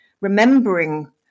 remembering